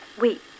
Wait